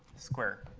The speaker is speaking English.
squared.